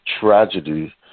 tragedy